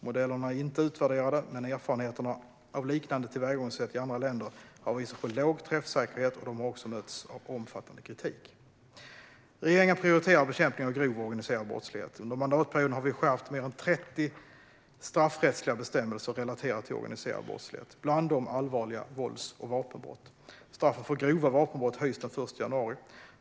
Modellerna är inte utvärderade, men erfarenheter av liknande tillvägagångssätt i andra länder har visat på låg träffsäkerhet, och de har också mötts av omfattande kritik. Regeringen prioriterar bekämpningen av grov och organiserad brottslighet. Under mandatperioden har vi skärpt mer än 30 straffrättsliga bestämmelser relaterade till organiserad brottslighet, bland dem allvarliga vålds och vapenbrott. Straffen för grova vapenbrott höjs den 1 januari.